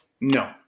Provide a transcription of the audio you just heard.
No